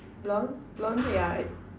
blond blond yeah I